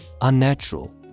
unnatural